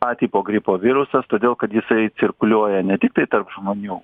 a tipo gripo virusas todėl kad jisai cirkuliuoja ne tiktai tarp žmonių